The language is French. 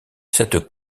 cette